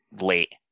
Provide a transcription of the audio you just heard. late